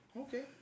Okay